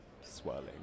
swirling